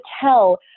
tell